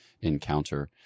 encounter